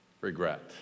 regret